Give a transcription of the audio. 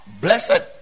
Blessed